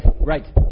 right